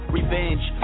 revenge